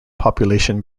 population